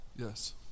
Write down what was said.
yes